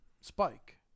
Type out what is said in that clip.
spike